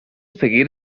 seguir